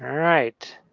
right,